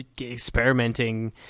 experimenting